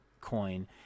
Coin